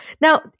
Now